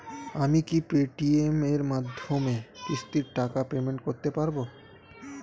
আমি কি Paytm এর মাধ্যমে কিস্তির টাকা পেমেন্ট করতে পারব?